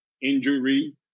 injury